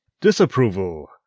disapproval